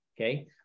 Okay